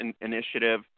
initiative